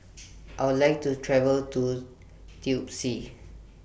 I Would like to travel to Tbilisi